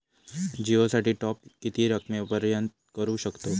जिओ साठी टॉप किती रकमेपर्यंत करू शकतव?